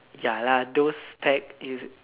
ya lah those type is